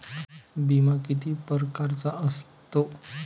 बिमा किती परकारचा असतो?